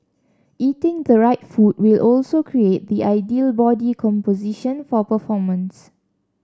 eating the right food will also create the ideal body composition for performance